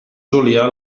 júlia